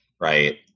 right